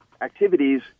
activities